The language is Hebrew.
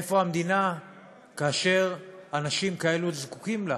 איפה המדינה כאשר אנשים כאלה זקוקים לה?